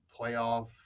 playoff